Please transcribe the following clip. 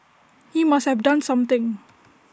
he must have done something